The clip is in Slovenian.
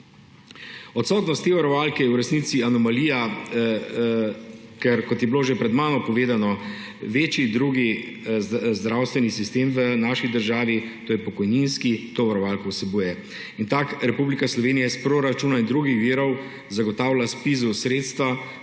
Odsotnost te varovalke je v resnici anomalija, ker – kot je bilo že pred mano povedano – večji drugi zdravstveni sistem v naši državi, to je pokojninski, to varovalko vsebuje. Republika Slovenija iz proračuna in drugih virov zagotavlja ZPIZ-u sredstva,